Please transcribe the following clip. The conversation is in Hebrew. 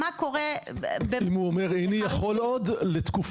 אם הוא אומר, איני יכול עוד לתקופה?